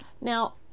Now